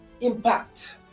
impact